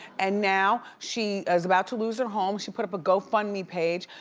and now she is about to lose her home, she put up a go fund me page.